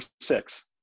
six